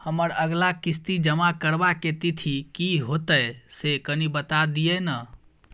हमर अगला किस्ती जमा करबा के तिथि की होतै से कनी बता दिय न?